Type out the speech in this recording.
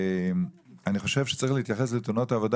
אני חושב שצריך להתייחס לתאונות העבודה